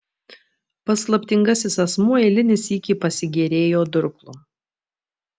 paslaptingasis asmuo eilinį sykį pasigėrėjo durklu